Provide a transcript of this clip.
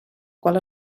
qual